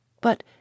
But